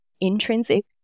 intrinsic